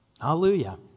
Hallelujah